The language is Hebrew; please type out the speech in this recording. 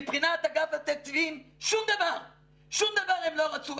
מבחינת אגף התקציבים שום דבר הם לא רצו.